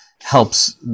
helps